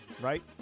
Right